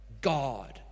God